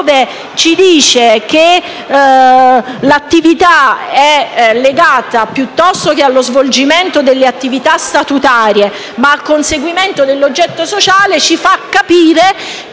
prevede che l'attività sia legata, piuttosto che allo svolgimento delle attività statutarie, al conseguimento dell'oggetto sociale, ci fa capire che